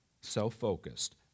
self-focused